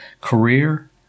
career